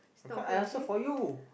come I answer for you